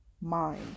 mind